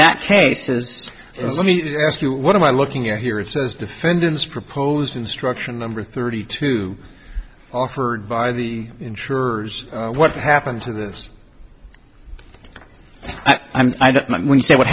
that cases is let me ask you what am i looking at here it says defendant's proposed instruction number thirty two offered by the insurers what happens to this i mean when you say what